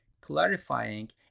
clarifying